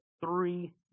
three